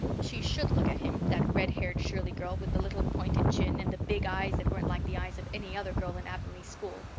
she should look at him, that red-haired shirley girl with the little pointed chin and the big eyes that weren't like the eyes of any other girl in avonlea school.